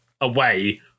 away